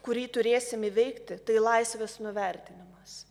kurį turėsim įveikti tai laisvės nuvertinimas